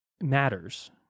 matters